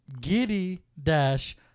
giddy-dash